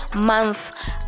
month